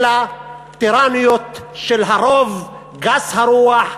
אלא טירניות של הרוב גס הרוח,